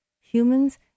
Humans